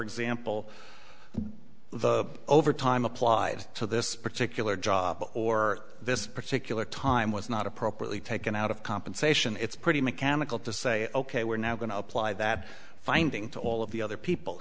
example the overtime applied to this particular job or this particular time was not appropriately taken out of compensation it's pretty mechanical to say ok we're now going to apply that finding to all of the other people